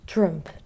Trump